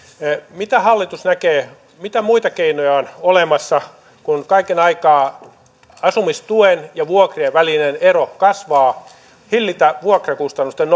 mitä hallitus näkee mitä muita keinoja on olemassa kun kaiken aikaa asumistuen ja vuokrien välinen ero kasvaa vuokrakustannusten